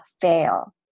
fail